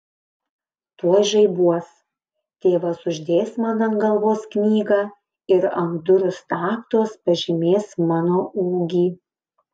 tuoj žaibuos tėvas uždės man ant galvos knygą ir ant durų staktos pažymės mano ūgį